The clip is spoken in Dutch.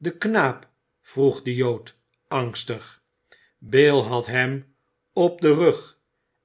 de knaap vroeg de jood angstig bill had hem op den rug